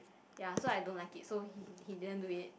ya so I don't like it so he he didn't do it